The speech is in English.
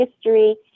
history